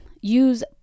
Use